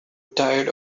tired